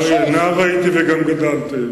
אריה, נער הייתי וגם גדלתי.